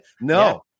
No